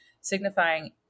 signifying